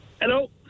Hello